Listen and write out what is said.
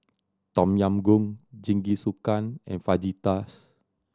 Tom Yam Goong Jingisukan and Fajitas